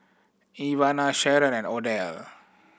Ivana Sheron and Odell